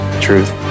truth